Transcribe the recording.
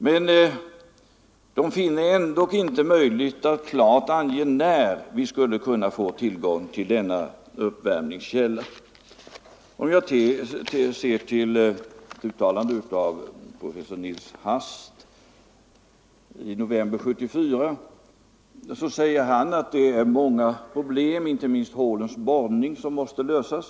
Men de finner det ändå inte möjligt att klart ange när vi skulle kunna få tillgång till denna uppvärmningskälla. Jag ber att få citera ett uttalande av professor Nils Hast i november 1974. Han säger: Nr 138 ”Det är många problem, inte minst hålens borrning, som måste lösas.